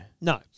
No